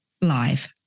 live